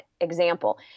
example